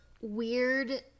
weird